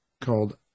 called